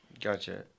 gotcha